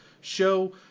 show